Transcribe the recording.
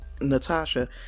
natasha